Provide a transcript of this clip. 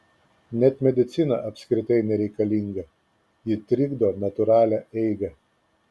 net medicina apskritai nereikalinga ji trikdo natūralią eigą